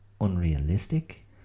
unrealistic